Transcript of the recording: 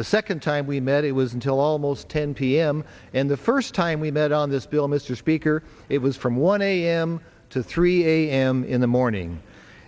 the second time we met it was until almost ten p m and the first time we met on this bill mr speaker it was from one a m to three a m in the morning